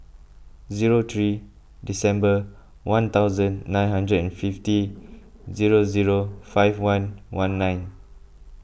zero three December one thousand nine hundred and fifty zero zero five one one nine